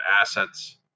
assets